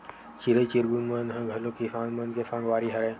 चिरई चिरगुन मन ह घलो किसान मन के संगवारी हरय